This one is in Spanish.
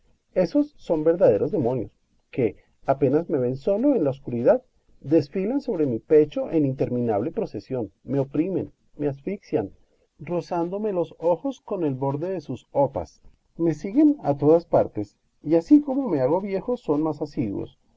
esos son verdaderos demonios que apenas me ven solo en la oscuridad desfilan sobre mi pecho en interminable procesión me oprimen me asfixian rozándome los ojos con el borde de sus hopas me siguen a todas partes y así como me hago viejo son más asiduos